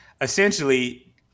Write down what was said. essentially